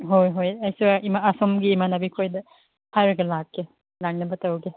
ꯍꯣꯏ ꯍꯣꯏ ꯑꯩꯁꯨ ꯏꯃꯥ ꯑꯁꯣꯝꯒꯤ ꯏꯃꯥꯟꯅꯕꯤ ꯈꯣꯏꯗ ꯍꯥꯏꯔꯒ ꯂꯥꯀꯀꯦ ꯂꯥꯛꯅꯕ ꯇꯧꯒꯦ